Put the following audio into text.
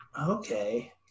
Okay